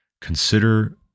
consider